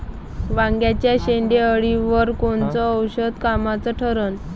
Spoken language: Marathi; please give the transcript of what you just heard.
वांग्याच्या शेंडेअळीवर कोनचं औषध कामाचं ठरन?